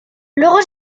luego